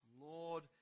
Lord